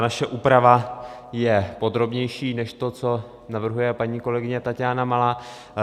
Naše úprava je podrobnější než to, co navrhuje paní kolegyně Taťána Malá.